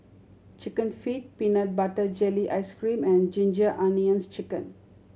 Chicken Feet peanut butter jelly ice cream and Ginger Onions Chicken